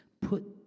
Put